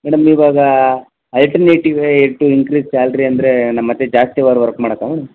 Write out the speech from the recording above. madam ಇವಾಗ alternative ಇದಕ್ಕೆ increase salary ಅಂದರೆ ನಾ ಮತ್ತೆ ಜಾಸ್ತಿ ಅವರ್ ವರ್ಕ್ ಮಾಡೋದ